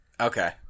Okay